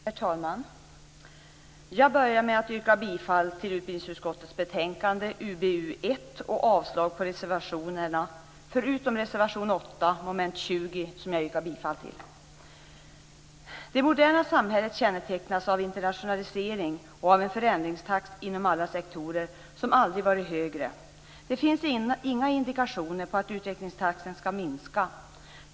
Herr talman! Jag börjar med att yrka bifall till hemställan i utbildningsutskottets betänkande 1 och avslag på reservationerna, förutom reservation 8 under mom. 20 som jag yrkar bifall till. Det moderna samhället kännetecknas av internationalisering och av en förändringstakt inom alla sektorer som aldrig varit högre. Det finns inga indikationer på att utvecklingstakten skall minska.